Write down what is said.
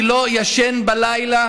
אני לא ישן בלילה